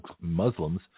Muslims